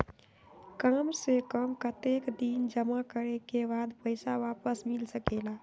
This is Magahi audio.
काम से कम कतेक दिन जमा करें के बाद पैसा वापस मिल सकेला?